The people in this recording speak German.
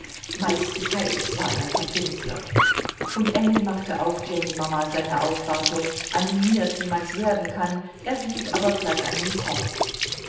meistenteils war er verfinstert und engel machte auch jennymama seine aufwartung animiert wie man's werden kann erhielt aber glatt einen korb